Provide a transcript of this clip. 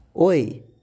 Oi